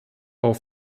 auf